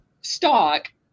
stock